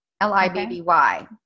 L-I-B-B-Y